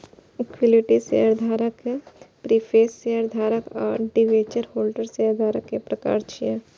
equity शेयरधारक, preference शेयरधारक आ डिवेंचर होल्डर शेयरधारक के प्रकार छियै